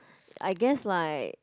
I guess like